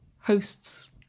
hosts